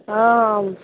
आम